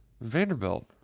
Vanderbilt